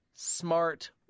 Smart